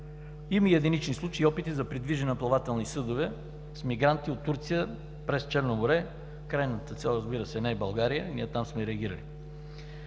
Има и единични случаи и опити за придвижване на плавателни съдове с мигранти от Турция през Черно море. Крайната цел, разбира се, не е България, ние там сме реагирали.